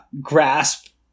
grasp